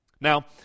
Now